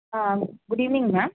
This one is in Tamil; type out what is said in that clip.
ah good evening ma'am